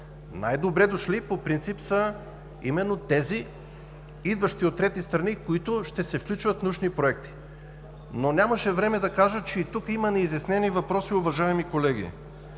най-добре дошли са именно тези, идващи от трети страни, които ще се включат в научни проекти. Но нямаше време да кажа, че и тук има неизяснени въпроси, уважаеми колеги.